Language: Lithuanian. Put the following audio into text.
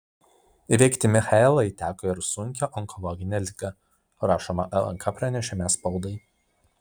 įveikti michaelai teko ir sunkią onkologinę ligą rašoma lnk pranešime spaudai